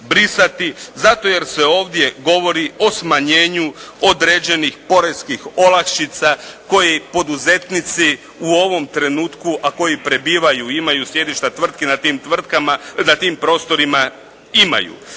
zato jer se ovdje govori o smanjenju određenih poreskih olakšica koje poduzetnici u ovom trenutku, a koji prebivaju i imaju sjedišta tvrtke na tim prostorima imaju.